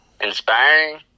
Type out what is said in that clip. inspiring